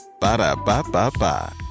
Ba-da-ba-ba-ba